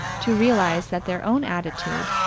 to realize that their own attitude,